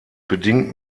bedingt